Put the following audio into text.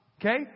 Okay